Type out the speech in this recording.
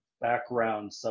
background